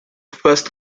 first